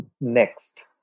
Next